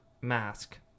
mask